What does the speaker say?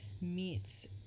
meets